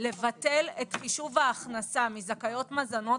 לבטל את חישוב ההכנסה מזכאיות מזונות